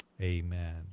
amen